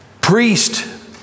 Priest